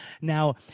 Now